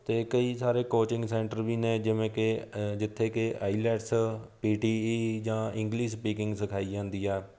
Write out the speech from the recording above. ਅਤੇ ਕਈ ਸਾਰੇ ਕੋਚਿੰਗ ਸੈਂਟਰ ਵੀ ਨੇ ਜਿਵੇਂ ਕਿ ਜਿੱਥੇ ਕਿ ਆਈਲੈਟਸ ਪੀ ਟੀ ਈ ਜਾਂ ਇੰਗਲਿਸ਼ ਸਪੀਕਿੰਗ ਸਿਖਾਈ ਜਾਂਦੀ ਆ